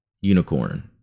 Unicorn